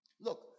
look